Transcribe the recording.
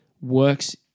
works